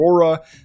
aurora